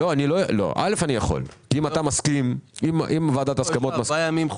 א', אני יכול, אם ועדת ההסכמות נותנת הסכמה.